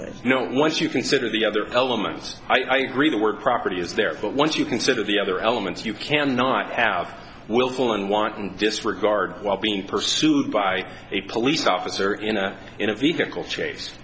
it you know once you consider the other elements i agree the word property is there but once you consider the other elements you can not have willful and wanton disregard while being pursued by a police officer in a in a vehicle cha